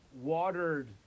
watered